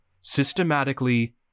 systematically